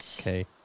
Okay